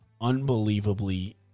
unbelievably